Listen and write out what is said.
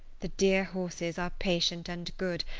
the dear horses are patient and good,